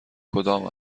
کدام